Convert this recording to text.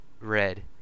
red